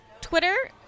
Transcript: Twitter